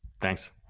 Thanks